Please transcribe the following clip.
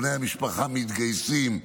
בני המשפחה מתגייסים,